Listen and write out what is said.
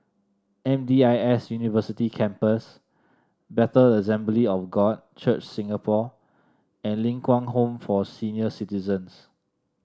M D I S University Campus Bethel Assembly of God Church Singapore and Ling Kwang Home for Senior Citizens